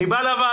אני בא לוועדה,